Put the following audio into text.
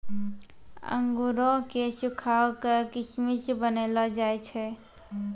अंगूरो क सुखाय क किशमिश बनैलो जाय छै